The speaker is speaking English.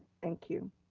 thank you.